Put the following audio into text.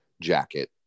jacket